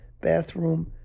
bathroom